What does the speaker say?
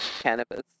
cannabis